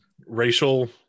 racial